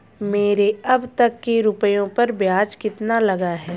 मेरे अब तक के रुपयों पर ब्याज कितना लगा है?